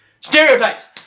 Stereotypes